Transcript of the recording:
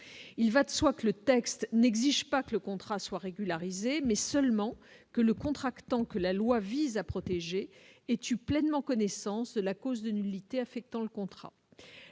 il va de soi que le texte n'exige pas que le contrat soit régularisée, mais seulement que le contractant que la loi vise à protéger et tu pleinement connaissance de la cause de nullité affectant le contrat